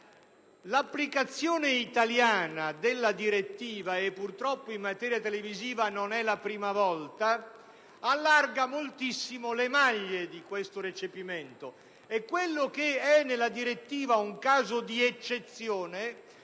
l'applicazione italiana della direttiva - e purtroppo in materia televisiva non è la prima volta - allarga moltissimo le maglie di tale recepimento e quello che è nella direttiva un caso di eccezione